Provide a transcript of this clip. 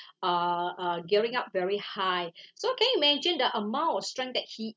uh uh gearing up very high so can you imagine the amount of strength that he